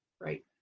right